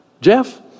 Jeff